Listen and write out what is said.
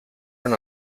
una